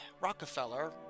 Rockefeller